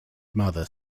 mother